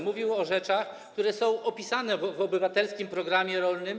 Mówił o rzeczach, które są opisane w „Obywatelskim programie rolnym”